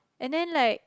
and then like